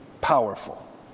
powerful